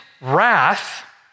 wrath